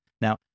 now